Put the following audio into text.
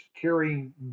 carrying